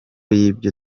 y’ibyo